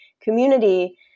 community